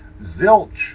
Zilch